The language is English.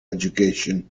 education